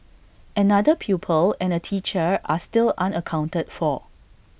another pupil and A teacher are still unaccounted for